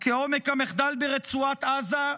וכעומק המחדל ברצועת עזה,